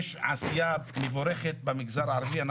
יש עשייה מבורכת במגזר הערבי.